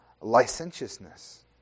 licentiousness